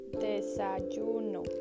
desayuno